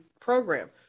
program